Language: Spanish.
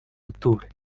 octubre